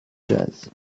jazz